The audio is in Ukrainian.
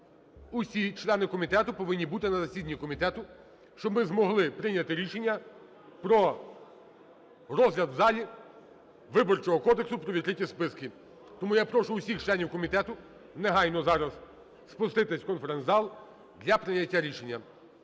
усі члени комітету повинні бути на засіданні комітету, щоб ми змогли прийняти рішення про розгляд в залі Виборчого кодексу про відкриті списки. Тому я прошу всіх членів комітету негайно зараз спуститись в конференц-зал для прийняття рішення.